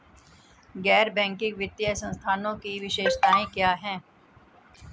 गैर बैंकिंग वित्तीय संस्थानों की विशेषताएं क्या हैं?